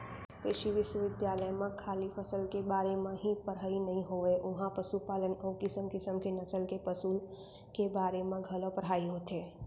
कृषि बिस्वबिद्यालय म खाली फसल के बारे म ही पड़हई नइ होवय उहॉं पसुपालन अउ किसम किसम के नसल के पसु के बारे म घलौ पढ़ाई होथे